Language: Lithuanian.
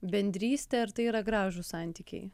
bendrystė ar tai yra gražūs santykiai